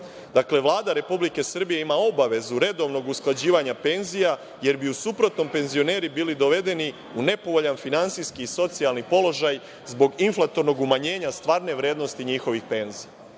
Dakle, Vlada Republike Srbije ima obavezu redovnog usklađivanja penzija jer bi u suprotnom penzioneri bili dovedeni u nepovoljan finansijski i socijalni položaj zbog inflatornog umanjenja stvarne vrednosti njihovih penzija. Dakle,